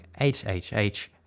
HHH